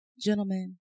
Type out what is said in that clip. gentlemen